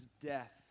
death